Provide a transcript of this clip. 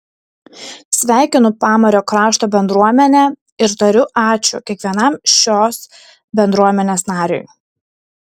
sveikinu pamario krašto bendruomenę ir tariu ačiū kiekvienam šios bendruomenės nariui